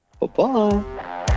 Bye-bye